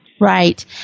Right